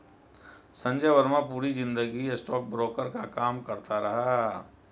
संजय वर्मा पूरी जिंदगी स्टॉकब्रोकर का काम करता रहा